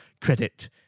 credit